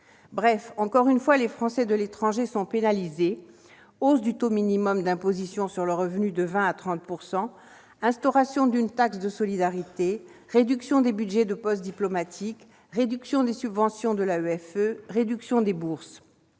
Bref, encore une fois, les Français de l'étranger sont pénalisés : hausse du taux minimum d'imposition sur le revenu de 20 % à 30 %, instauration d'une taxe de solidarité, réduction des budgets des postes diplomatiques, réduction des subventions à l'AEFE, diminution des bourses